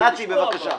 נתי, בבקשה.